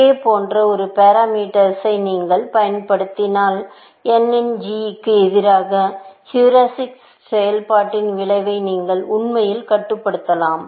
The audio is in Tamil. K போன்ற ஒரு பாரமீட்டர்ஸை நீங்கள் பயன்படுத்தினால் n இன் g க்கு எதிராக ஹீரிஸ்டிக் செயல்பாட்டின் விளைவை நீங்கள் உண்மையில் கட்டுப்படுத்தலாம்